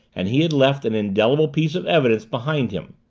and he had left an indelible piece of evidence behind him.